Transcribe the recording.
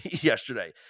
yesterday